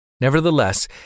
Nevertheless